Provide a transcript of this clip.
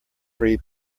free